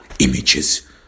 images